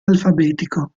alfabetico